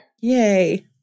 Yay